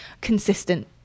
consistent